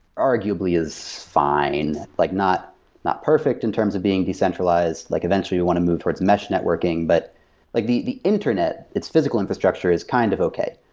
arguably, is fine. like not not perfect in terms of being decentralized. like eventually, we want to move towards mesh networking. but like the the internet, its physical infrastructure is kind of okay.